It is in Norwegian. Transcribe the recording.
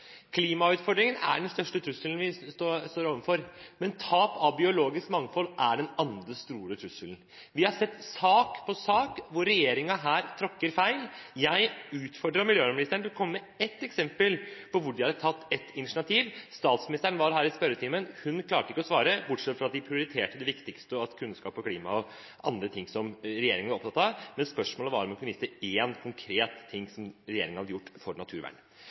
biologisk mangfold er den andre store trusselen. Vi har sett sak på sak hvor regjeringen her tråkker feil. Jeg utfordret miljøvernministeren til å komme med ett eksempel på hvor de hadde tatt et initiativ. Statsministeren var her i spørretimen, og hun klarte ikke å svare, bortsett fra at de prioriterte det viktigste – kunnskap, klima og andre ting som regjeringen var opptatt av. Men spørsmålet var om hun kunne vise til én konkret ting som regjeringen hadde gjort for naturvern.